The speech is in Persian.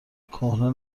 کهنه